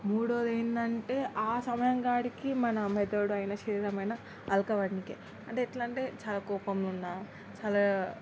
మూడోది ఏంటంటే ఆ సమయానికి మన మెదడు అయినా శరీరం అయినా తేలిక పడటానికి అంటే ఎలా అంటే చాలా కోపంగా ఉన్నా చాలా